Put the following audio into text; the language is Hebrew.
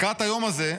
לקראת היום הזה,